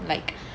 like